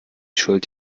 schuld